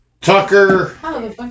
Tucker